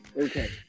Okay